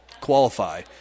qualify